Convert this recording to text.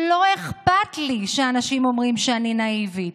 לא אכפת לי שאנשים אומרים שאני נאיבית